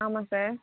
ஆமாம் சார்